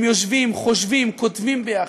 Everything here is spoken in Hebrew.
הם יושבים, חושבים, כותבים ביחד,